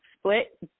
split